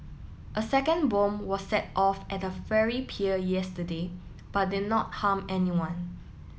a second bomb were set off at a ferry pier yesterday but did not harm anyone